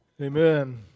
Amen